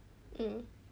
mm